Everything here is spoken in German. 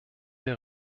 der